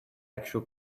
actual